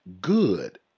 Good